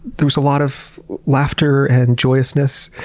there was a lot of laughter and joyousness.